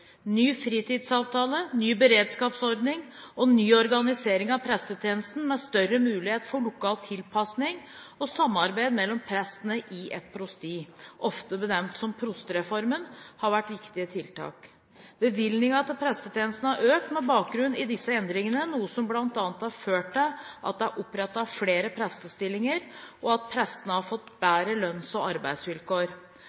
Ny fritidsavtale, ny beredskapsordning og ny organisering av prestetjenesten med større mulighet for lokal tilpasning og samarbeid mellom prestene i et prosti – ofte benevnt som prostereformen – har vært viktige tiltak. Bevilgningene til prestetjenesten har økt med bakgrunn i disse endringene, noe som bl.a. har ført til at det er opprettet flere prestestillinger, og at prestene har fått